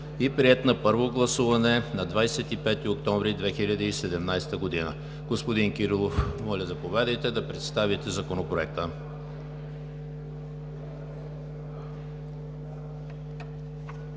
и приет на първо гласуване на 25 октомври 2017 г. Господин Кирилов, моля заповядайте да представите Законопроекта.